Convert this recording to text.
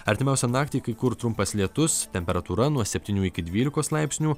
artimiausią naktį kai kur trumpas lietus temperatūra nuo septynių iki dvylikos laipsnių